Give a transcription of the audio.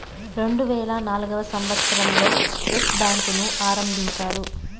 రెండువేల నాల్గవ సంవచ్చరం లో ఎస్ బ్యాంకు ను ఆరంభించారు